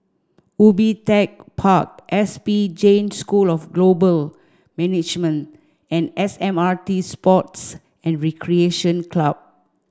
Ubi Tech Park S P Jain School of Global Management and S M R T Sports and Recreation Club